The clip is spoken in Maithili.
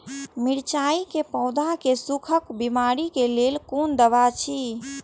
मिरचाई के पौधा के सुखक बिमारी के लेल कोन दवा अछि?